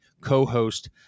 co-host